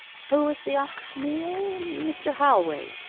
who was the auctioneer? mr. halway.